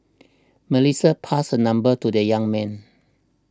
Melissa passed her number to the young man